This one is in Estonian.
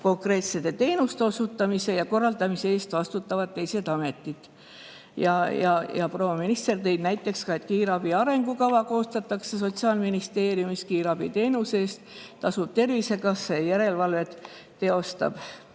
Konkreetsete teenuste osutamise ja korraldamise eest vastutavad teised ametid. Ja proua minister tõi näiteks, et kiirabi arengukava koostatakse Sotsiaalministeeriumis, kiirabiteenuse eest tasub Tervisekassa ja järelevalvet teostab